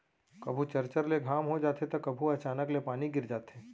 कभू चरचर ले घाम हो जाथे त कभू अचानक ले पानी गिर जाथे